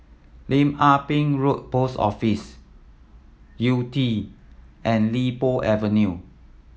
Lim Ah Pin Road Post Office Yew Tee and Li Po Avenue